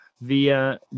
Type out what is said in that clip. VIA